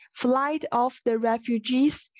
flightoftherefugees